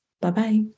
Bye-bye